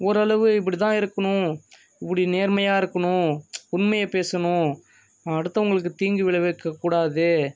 ஓரளவு இப்படி தான் இருக்கணும் இப்படி நேர்மையாக இருக்கணும் உண்மையை பேசணும் அடுத்தவர்களுக்கு தீங்கு விளைவிக்கக்கூடாது